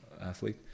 athlete